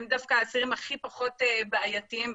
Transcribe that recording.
הם האסירים "הכי פחות בעייתיים".